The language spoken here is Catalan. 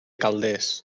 calders